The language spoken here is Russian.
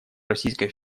российской